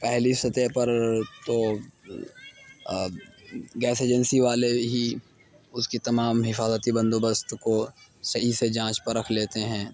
پہلی سطح پر تو گیس ایجنسی والے ہی اس کی تمام حفاظتی بندوبست کو صحیح سے جانچ پرکھ لیتے ہیں